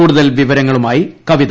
കൂടുതൽ വിവരങ്ങളുമായി കവിത